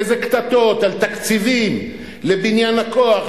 איזה קטטות על תקציבים לבניין הכוח,